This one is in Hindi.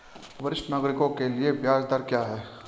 वरिष्ठ नागरिकों के लिए ब्याज दर क्या हैं?